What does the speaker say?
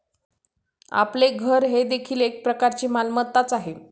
आपले घर हे देखील एक प्रकारची मालमत्ताच आहे